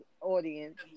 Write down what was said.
audience